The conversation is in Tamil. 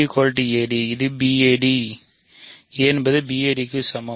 இது bad aஎன்பது ba d க்கு சமம்